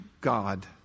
God